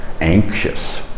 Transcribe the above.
anxious